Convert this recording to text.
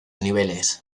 niveles